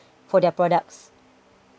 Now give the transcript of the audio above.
for their products